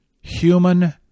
human